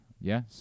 Yes